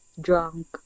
drunk